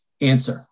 answer